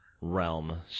realm